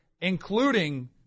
including